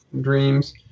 dreams